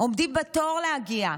עומדים בתור להגיע.